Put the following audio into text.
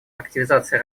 активизация